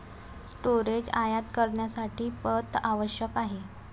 storage आयात करण्यासाठी पथ आवश्यक आहे